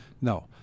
No